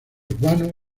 urbano